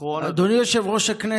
אחרון הדוברים.